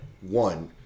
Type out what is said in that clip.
One